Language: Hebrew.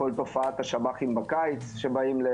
כל תופעת השב"חים בקיץ שבאים.